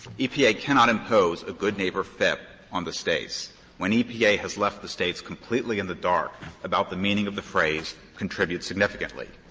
epa cannot impose a good neighbor fip on the states when epa has left the states completely in the dark about the meaning of the phrase contribute significantly.